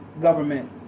government